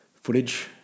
footage